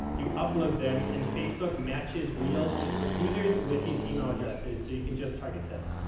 you upload them and facebook matches real facebook users with these email addresses. so, you can just target them.